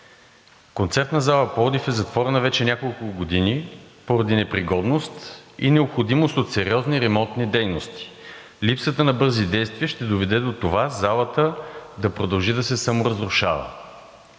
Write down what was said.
Концертна зала – Пловдив, е затворена вече няколко години поради непригодност и необходимост от сериозни ремонтни дейности. Липсата на бързи действия ще доведе до това залата да продължи да се саморазрушава.